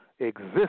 exist